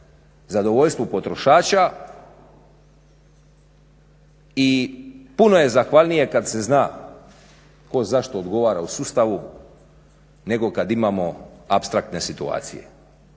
zadovoljstvu potrošača i puno je zahvalnije kad se zna ko za što odgovara u sustavu, nego kad imamo apstraktne situacije.